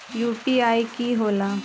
UPI कि होला?